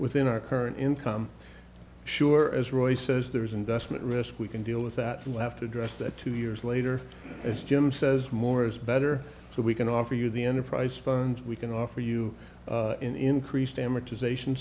within our current income sure as roy says there is investment risk we can deal with that we have to address that two years later as jim says more is better so we can offer you the enterprise fund we can offer you an increased amortization